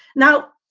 now,